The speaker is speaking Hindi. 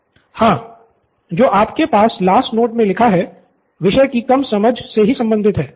प्रो बाला हाँ जो आपके पास लास्ट नोट मे लिखा है विषय की कम समझ से ही संबंधित है